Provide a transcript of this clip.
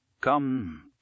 Come